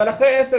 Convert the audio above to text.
אבל אחרי 10,